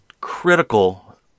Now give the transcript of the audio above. critical